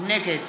נגד